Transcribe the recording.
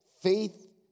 faith